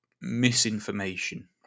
misinformation